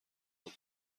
خود